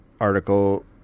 article